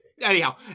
Anyhow